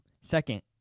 Second